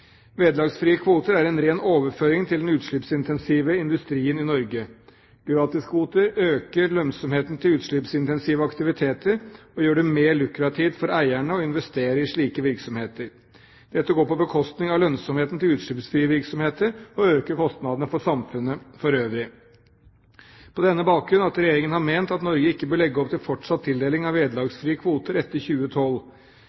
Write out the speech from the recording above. Vederlagsfrie kvoter er en ren overføring til den utslippsintensive industrien i Norge. Gratiskvoter øker lønnsomheten til utslippsintensive aktiviteter, og gjør det mer lukrativt for eierne å investere i slike virksomheter. Dette går på bekostning av lønnsomheten til utslippsfrie virksomheter og øker kostnadene for samfunnet for øvrig. På denne bakgrunn, at Regjeringen har ment at Norge ikke bør legge opp til fortsatt tildeling av